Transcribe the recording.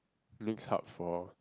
next hub for